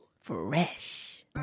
Fresh